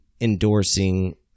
endorsing